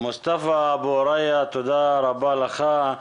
מוסטפא אבו ריא, תודה רבה לך.